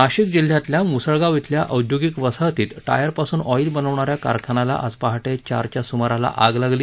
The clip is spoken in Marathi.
नाशिक जिल्ह्यातील मुसळगाव इथल्या औद्योगिक वसाहतीत टायर पासून ऑइल बनवणाऱ्या कारखान्याला आज पहाटे चार च्या सुमाराला भीषण आग लागली